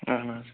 اَہَن حظ